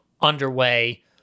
underway